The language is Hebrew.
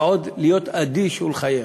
ועוד להיות אדיש ולחייך.